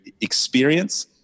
experience